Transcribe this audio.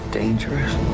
dangerous